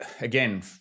again